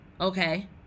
okay